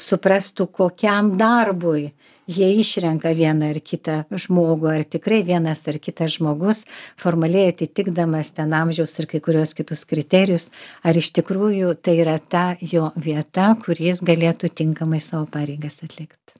suprastų kokiam darbui jie išrenka vieną ar kitą žmogų ar tikrai vienas ar kitas žmogus formaliai atitikdamas ten amžiaus ir kai kuriuos kitus kriterijus ar iš tikrųjų tai yra ta jo vieta kur jis galėtų tinkamai savo pareigas atlikt